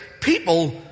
people